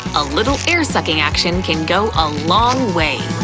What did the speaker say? a little air-sucking action can go a long way.